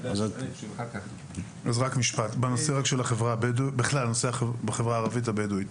רק משפט בנושא של החברה הערבית הבדואית.